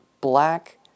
black